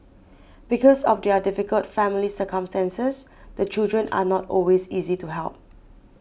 because of their difficult family circumstances the children are not always easy to help